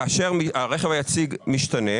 כאשר הרכב היציג משתנה,